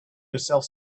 yourself